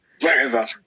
wherever